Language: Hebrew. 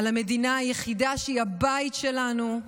על המדינה היחידה שהיא הבית שלנו,